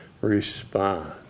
respond